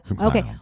Okay